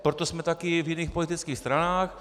Proto jsme také v jiných politických stranách.